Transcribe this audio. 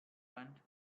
burned